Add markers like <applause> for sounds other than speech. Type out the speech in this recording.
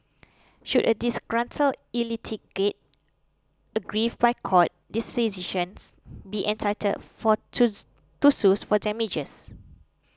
should a disgruntled <unintelligible> aggrieved by court decisions be entitled for to to sues for damages